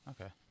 Okay